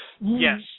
Yes